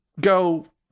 go